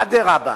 אדרבה,